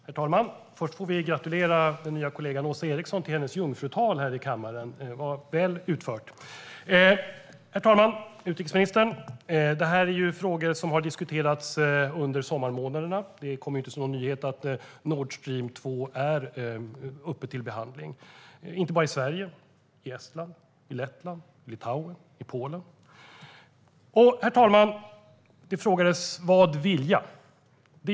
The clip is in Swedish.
Herr talman! Först vill jag gratulera den nya kollegan Åsa Eriksson till hennes jungfrutal här i kammaren. Det var väl utfört. Herr talman! Utrikesministern! Det här är ju frågor som har diskuterats under sommarmånaderna. Det kommer ju inte som någon nyhet att Nord Stream 2 är uppe till behandling, inte bara i Sverige utan också i Estland, Lettland, Litauen och Polen. Det frågades: Vad vilja?